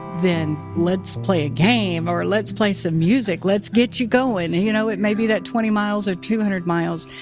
then let's play a game, or let's play some music. let's get you going. and you know, it may be that twenty miles or two hundred miles.